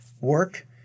work